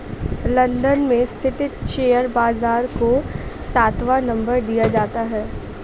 London में स्थित share बाजार को सातवां नम्बर दिया जाता है